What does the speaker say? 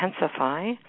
intensify